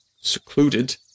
secluded